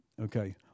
Okay